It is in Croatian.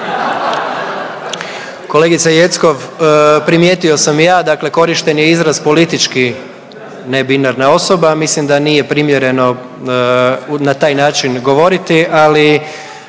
Kolegice Jeckov primijetio sam i ja, dakle korišten je izraz politički nebinarna osoba, a mislim da nije primjerno na taj način govoriti, ali